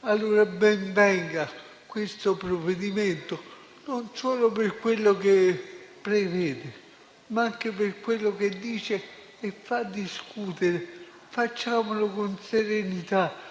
Ben venga allora questo provvedimento, non solo per quello che prevede, ma anche per quello che dice e fa discutere: facciamolo con serenità;